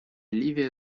ливия